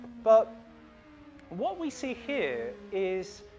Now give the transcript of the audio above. but what we see here is